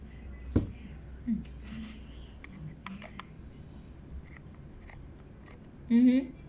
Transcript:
mm mmhmm